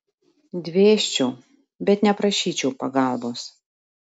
dvėsčiau bet neprašyčiau pagalbos